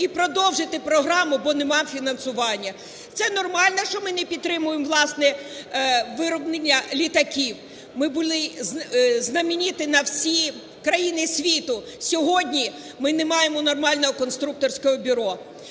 і продовжити програму, бо нема фінансування. Це нормально, що ми не підтримуємо власне вироблення літаків? Ми були знамениті на всі країни світу – сьогодні ми не маємо нормального конструкторського бюро.